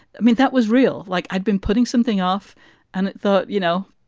i mean, that was real. like i'd been putting something off and thought, you know,